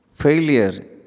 Failure